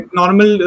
normal